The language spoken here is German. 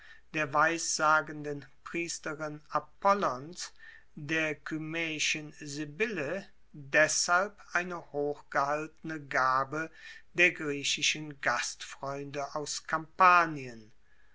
der weissagenden priesterin apollons der kymaeischen sibylle deshalb eine hochgehaltene gabe der griechischen gastfreunde aus kampanien